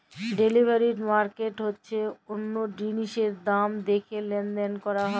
derivative market হচ্যে অল্য জিলিসের দাম দ্যাখে লেলদেল হয়